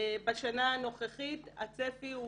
בשנה הנוכחית הצפי הוא